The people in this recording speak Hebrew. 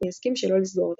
הוא יסכים שלא לסגור אותה.